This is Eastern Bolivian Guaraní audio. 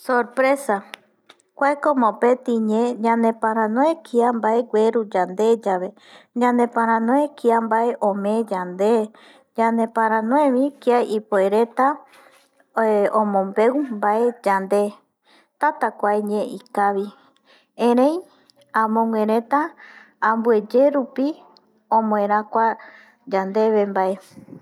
Sorpresa kuaeko mopeti ñe ñaneparanoe kia mbae gueru yande yave, ñaneparanoe kia mbae ome yande, ñaneparaoevi kia ipuereta kia omombeu yande täta kua ñe ikavi, erei amoguëreta ambueye rupi omoeräkua yandeve mbae